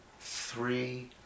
three